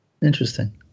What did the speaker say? Interesting